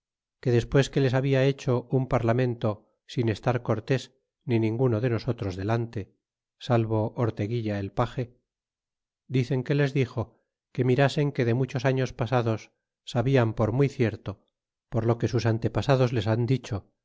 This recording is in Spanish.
que despues que les habia hecho un parlamento sin estar cortes ni ninguno de nosotros delante salvo orteguilla el page dicen que les dixo que mirasen que de muchos años pasados sabian por muy cierto por lo que sus antepasados les han dicho